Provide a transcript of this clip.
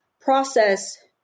process